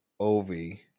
Ovi